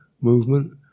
movement